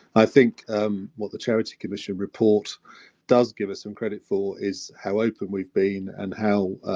i think um what the charity commission report does give us some credit for is how open we've been and how.